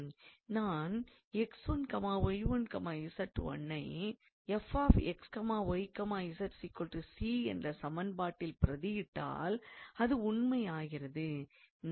நான் 𝑥1𝑦1𝑧1 ஐ 𝑓𝑥𝑦𝑧 𝑐 என்ற சமன்பாட்டில் பிரதியிட்டால் அது உண்மை ஆகிறது